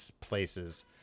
places